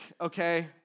Okay